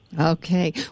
Okay